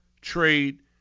trade